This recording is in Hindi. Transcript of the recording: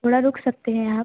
थोड़ा रुक सकते हैं आप